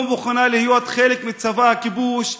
לא מוכנה להיות חלק מצבא הכיבוש.